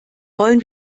wollen